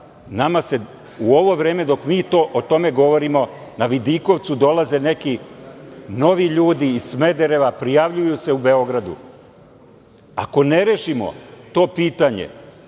nama u ovo vreme dok mi o tome govorimo na Vidikovac dolaze neki novi ljudi iz Smedereva, prijavljuju se u Beogradu. Ako ne rešimo ti pitanje